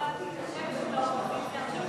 כבוד היושב-ראש, חברי הכנסת, אני